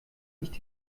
nicht